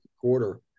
quarter